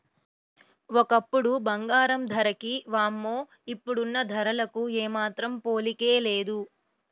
ఒకప్పుడు బంగారం ధరకి వామ్మో ఇప్పుడున్న ధరలకు ఏమాత్రం పోలికే లేదు